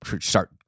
start